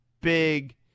big